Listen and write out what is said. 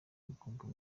umukobwa